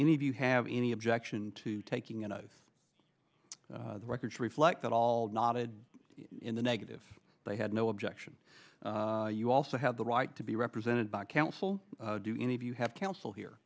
any of you have any objection to taking an oath the records reflect that all nodded in the negative they had no objection you also have the right to be represented by counsel do any of you have counsel here